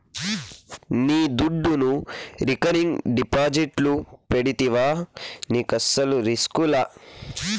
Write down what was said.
నీ దుడ్డును రికరింగ్ డిపాజిట్లు పెడితివా నీకస్సలు రిస్కులా